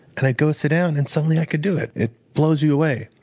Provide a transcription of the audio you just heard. and i'd go sit down and suddenly i could do it. it blows you away.